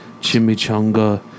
Chimichanga